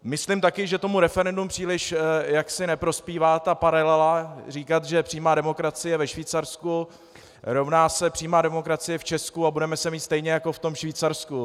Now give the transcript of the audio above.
Myslím také, že tomu referendu příliš neprospívá ta paralela říkat, že přímá demokracie ve Švýcarsku rovná se přímá demokracie v Česku, a budeme se mít stejně jako v tom Švýcarsku.